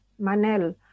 Manel